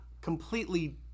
completely